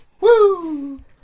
Woo